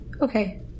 Okay